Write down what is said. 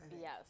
Yes